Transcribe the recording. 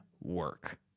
work